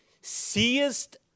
Seest